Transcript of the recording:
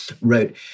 wrote